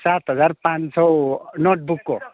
सात हजार पाँच सौ नोटबुकको